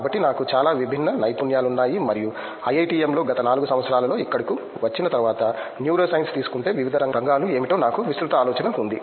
కాబట్టి నాకు చాలా విభిన్న నైపుణ్యాలు ఉన్నాయి మరియు ఐఐటిఎమ్లో గత 4 సంవత్సరాలలో ఇక్కడకు వచ్చిన తరువాత న్యూరోసైన్స్ తీసుకుంటే వివిధ రంగాలు ఏమిటో నాకు విస్తృత ఆలోచన ఉంది